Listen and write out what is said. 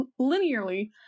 Linearly